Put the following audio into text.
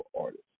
artists